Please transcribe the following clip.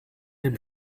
dem